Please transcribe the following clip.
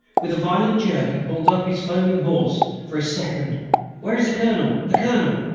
with a violent jerk he pulled up his foaming horse for a second where is the colonel the colonel?